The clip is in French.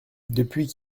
depuis